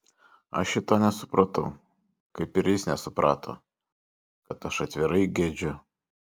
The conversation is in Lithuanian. aš šito nesupratau kaip ir jis nesuprato kad aš atvirai gedžiu